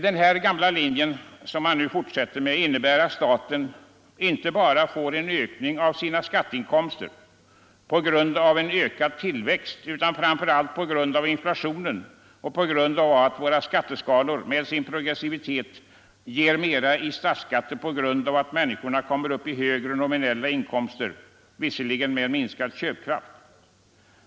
Den gamla linje som man nu fortsätter att följa innebär att staten får en ökning av sina skatteinkomster inte bara på grund av ökad tillväxt utan framför allt på grund av inflationen och på grund av att våra skatteskalor genom sin progressivitet ger mera i statsskatter eftersom människorna kommer upp i högre nominella inkomster, visserligen med minskad köpkraft.